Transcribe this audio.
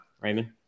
Raymond